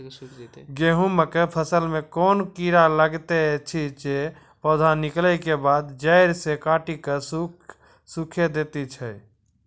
गेहूँमक फसल मे कून कीड़ा लागतै ऐछि जे पौधा निकलै केबाद जैर सऽ काटि कऽ सूखे दैति छै?